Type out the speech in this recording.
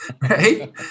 right